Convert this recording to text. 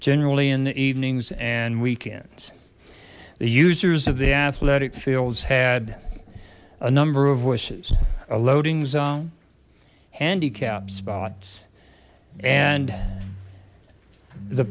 generally in the evenings and weekends the users of the athletic fields had a number of wishes a loading zone handicap spots and the